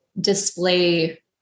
display